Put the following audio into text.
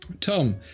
Tom